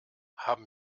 haben